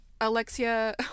Alexia